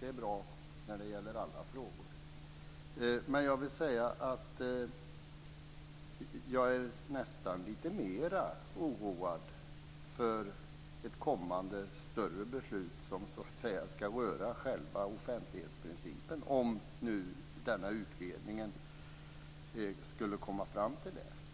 Det är bra när det gäller alla frågor. Men jag vill säga att jag nästan är mera oroad för ett kommande större beslut som så att säga ska röra själva offentlighetsprincipen, om nu denna utredning skulle komma fram till det.